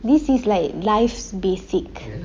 this is like life's basic